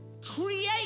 create